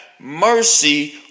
mercy